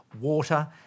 Water